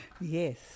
Yes